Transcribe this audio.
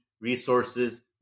resources